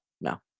No